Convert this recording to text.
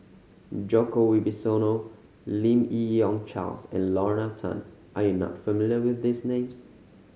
Djoko Wibisono Lim Yi Yong Charles and Lorna Tan are you not familiar with these names